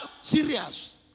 serious